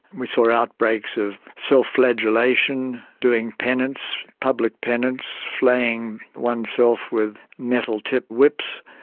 we saw outbreaks of self-flagellation, doing penance, public penance, flaying oneself with metal-tipped whips.